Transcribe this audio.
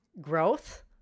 Growth